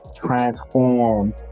transform